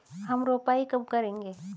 हम रोपाई कब करेंगे?